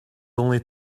only